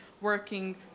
working